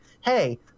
hey